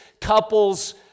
couple's